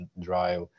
drive